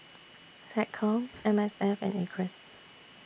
Seccom M S F and Acres